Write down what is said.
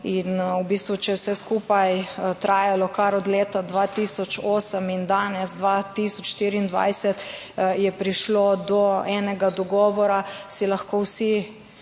In v bistvu, če je vse skupaj trajalo kar od leta 2008 in danes 2024 je prišlo do enega dogovora, si lahko vsi